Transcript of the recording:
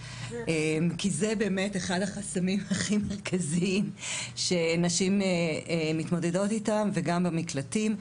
כי זה באמת אחד החסמים הכי מרכזיים שנשים מתמודדות איתן וגם במקלטים.